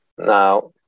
Now